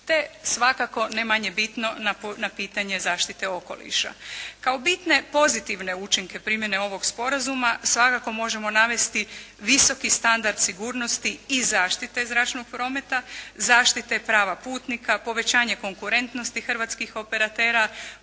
te svakako ne manje bitno na pitanje zaštite okoliša. Kao bitne pozitivne učinke primjene ovog sporazuma svakako možemo navesti visoki standard sigurnosti i zaštite zračnog prometa, zaštite prava putnika, povećanje konkurentnosti hrvatskih operatera,